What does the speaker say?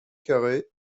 carré